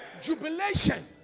jubilation